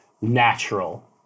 natural